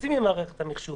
מרוצים ממערכת המחשוב